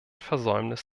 versäumnis